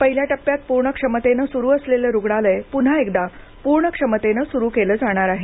पहिल्या टप्प्यात पूर्ण क्षमतेने सुरू असलेले रुग्णालय पुन्हा एकदा पूर्ण क्षमतेने सुरू केले जाणार आहे